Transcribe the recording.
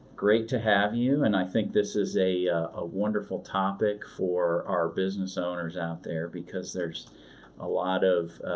great to have you. and i think this is a a wonderful topic for our business owners out there because there's a lot of,